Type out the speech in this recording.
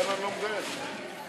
התשע"ז 2017,